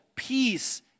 Peace